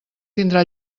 tindrà